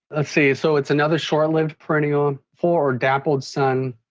let's see, so it's another short-lived perennial. full or dappled sun,